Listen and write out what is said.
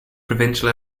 provincial